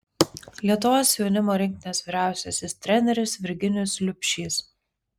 lietuvos jaunimo rinktinės vyriausiasis treneris virginijus liubšys